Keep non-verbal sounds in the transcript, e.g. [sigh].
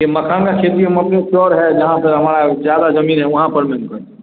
ये मखान की खेती हम अपने [unintelligible] जहाँ पर हमारा ज़्यादा ज़मीन है वहाँ पर में करते हैं